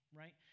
right